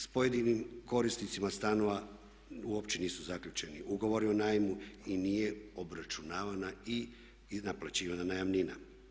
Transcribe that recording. S pojedinim korisnicima stanova uopće nisu zaključeni ugovori o najmu i nije obračunavana i naplaćivana najamnina.